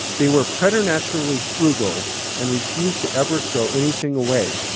they were preternaturally frugal and refused to ever throw anything away.